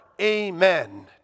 amen